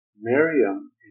Miriam